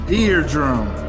eardrum